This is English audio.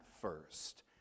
first